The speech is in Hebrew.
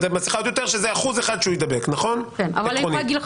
שזה 1% שהוא יידבק --- אני יכולה להגיד לך